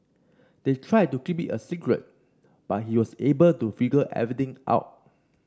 they tried to keep it a secret but he was able to figure everything out